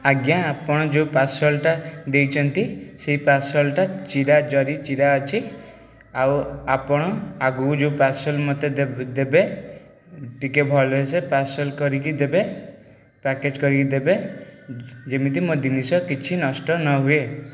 ଆଜ୍ଞା ଆପଣ ଯେଉଁ ପାର୍ସଲଟା ଦେଇଛନ୍ତି ସେହି ପାର୍ସଲଟା ଚିରା ଜରି ଚିରା ଅଛି ଆଉ ଆପଣ ଆଗକୁ ଯେଉଁ ପାର୍ସଲ ମୋତେ ଦେବେ ଟିକିଏ ଭଲସେ ପାର୍ସଲ କରିକି ଦେବେ ପ୍ୟାକେଜ୍ କରିକି ଦେବେ ଯେମିତି ମୋ ଜିନିଷ କିଛି ନଷ୍ଟ ନ ହୁଏ